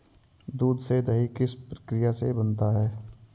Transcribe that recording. दूध से दही किस प्रक्रिया से बनता है?